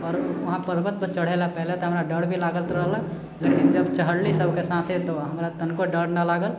आओर वहाँ पर्वतपर चढ़ै लए पहिले तऽ हमरा डर भी लागत रहलऽ लेकिन जब चढ़ली सबके साथे तऽ हमरा तनको डर नहि लागल